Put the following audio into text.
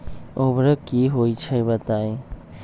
उर्वरक की होई छई बताई?